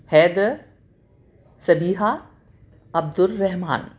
Haider Sabiha Abdul Rahman